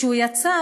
כשהוא יצא,